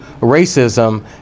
racism